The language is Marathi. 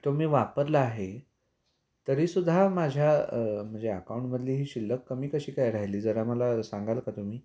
तो मी वापरला आहे तरीसुद्धा माझ्या म्हणजे अकाऊंटमधली ही शिल्लक कमी कशी काय राहिली जरा मला सांगाल का तुम्ही